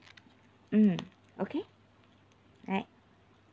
mmhmm okay alright